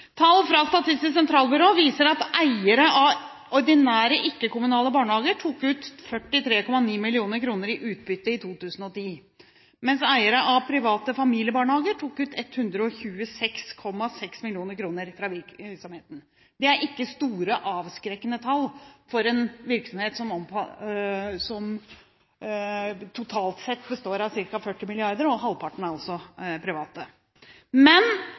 Tall fra Statistisk sentralbyrå viser at eiere av ordinære ikke-kommunale barnehager tok ut 43,9 mill. kr i utbytte i 2010, mens eiere av private familiebarnehager tok ut 126,6 mill. kr fra virksomheten. Det er ikke store, avskrekkende tall for en virksomhet som totalt sett består av ca. 40 mrd. kr, og halvparten er altså private.